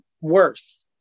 worse